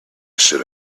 should